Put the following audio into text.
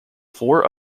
four